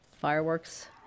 fireworks